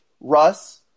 Russ –